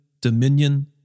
dominion